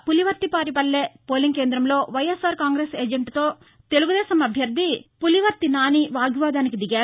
Pulivarthivaripalle polling కేంద్రంలో వైఎస్సార్ కాంగ్రెస్ ఏజెంట్తో తెలుగుదేశం అభ్యర్థి పులివర్తి నాని వాగ్వాదానికి దిగారు